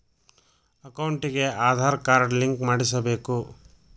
ಅಕೌಂಟಿಗೆ Aadhaar card link ಮಾಡಿಸಬೇಕು?